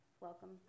welcome